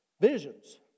Visions